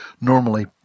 normally